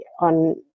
on